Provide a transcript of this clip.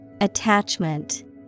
Attachment